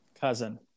Cousin